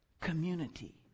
Community